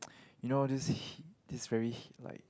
you know this this very like